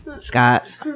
Scott